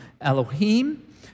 Elohim